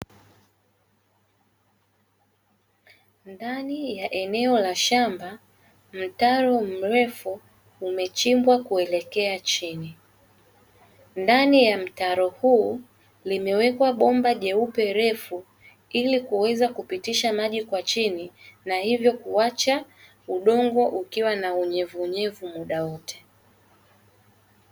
Ndani ya eneo la shamba mtaro mrefu umechimbwa kuelekea chini. Ndani ya mtaro huu limewekwa bomba jeupe refu ili kuweza kupitisha maji kwa chini na hivyo kuacha udongo ukiwa na unyevuunyevu muda wote.